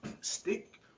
stick